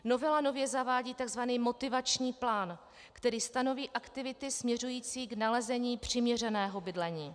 Novela nově zavádí takzvaný motivační plán, který stanoví aktivity směřující k nalezení přiměřeného bydlení.